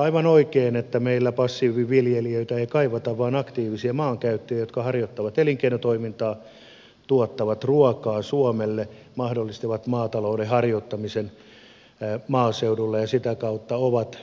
aivan oikein meillä passiiviviljelijöitä ei kaivata vaan aktiivisia maankäyttäjiä jotka harjoittavat elinkeinotoimintaa tuottavat ruokaa suomelle mahdollistavat maatalouden harjoittamisen maaseudulla ja sitä kautta ovat